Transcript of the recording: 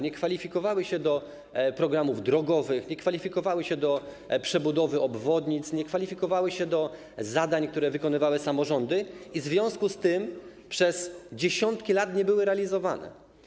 Nie kwalifikowały się one do programów drogowych, nie kwalifikowały się do przebudowy obwodnic, nie kwalifikowały się do zadań, które wykonywały samorządy, w związku z czym przez dziesiątki lat nie były realizowane.